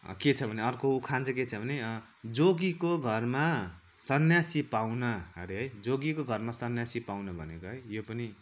के छ भने अर्को उखान चाहिँ के छ भने जोगीको घरमा सन्यासी पाहुना हरे है जोगीको घरमा सन्यासी पाहुना भनेको है यो पनि